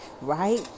right